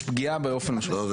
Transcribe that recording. יש פגיעה באופן משמעותי.